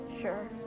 Sure